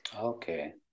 okay